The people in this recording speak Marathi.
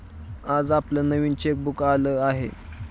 आज आपलं नवीन चेकबुक आलं आहे